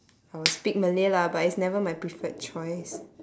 I will speak malay lah but it's never my preferred choice